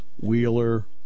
Wheeler